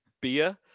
beer